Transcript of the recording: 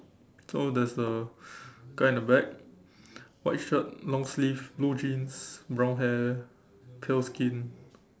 so there's a guy in the back white shirt long sleeve blue jeans brown hair pale skin